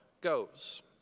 goes